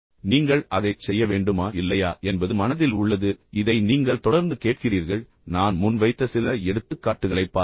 எனவே நீங்கள் அதைச் செய்ய வேண்டுமா இல்லையா என்பது மனதில் உள்ளது இதை நீங்கள் தொடர்ந்து கேட்கிறீர்கள் நான் முன் வைத்த சில எடுத்துக்காட்டுகளைப் பாருங்கள்